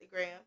instagram